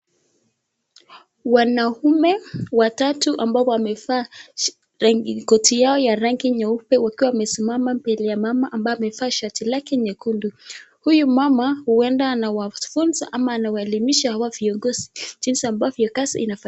Wanaume watatu ambao wamevaa koti yao ya rangi nyeupe wakiwa wamesimama mbele ya mama ambaye amevaa shati lake nyekundu. Huyu mama huenda anawafunza ama anawaelimisha hawa viongozi jinsi ambavyo kazi inafanyika.